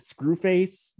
Screwface